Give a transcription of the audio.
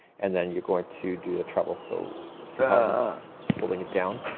and then you're going to do the treble. so see how i'm holding it down?